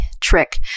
trick